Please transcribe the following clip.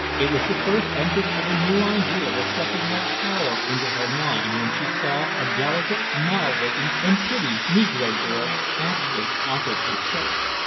it was the first entrance of a new idea with something like power into her mind when she saw a delicate, mild-looking, and pretty negro girl actually offered for sale.